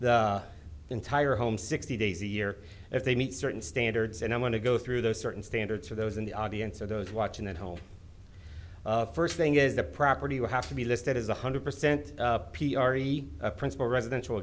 the entire home sixty days a year if they meet certain standards and i want to go through those certain standards for those in the audience or those watching at home first thing is the property would have to be listed as one hundred percent p r e a principal residential